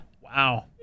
Wow